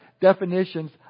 definitions